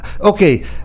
okay